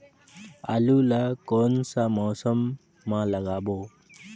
आलू ला कोन मौसम मा लगाबो?